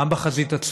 גם בחזית הצפונית